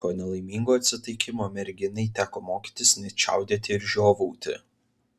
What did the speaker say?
po nelaimingo atsitikimo merginai teko mokytis net čiaudėti ir žiovauti